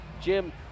Jim